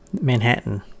Manhattan